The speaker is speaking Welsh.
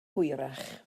hwyrach